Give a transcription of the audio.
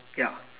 ya